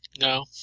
No